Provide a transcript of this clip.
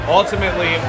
ultimately